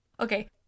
Okay